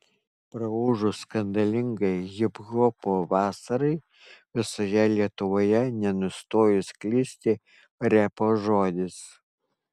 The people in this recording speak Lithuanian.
praūžus skandalingai hiphopo vasarai visoje lietuvoje nenustojo sklisti repo žodis